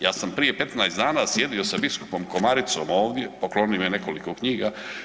Ja sam prije 15 dana sjedio sa biskupom Komaricom ovdje, poklonio mi je nekoliko knjiga.